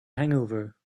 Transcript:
hangover